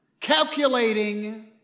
calculating